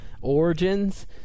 origins